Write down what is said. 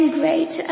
great